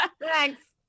Thanks